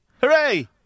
Hooray